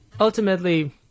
ultimately